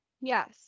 Yes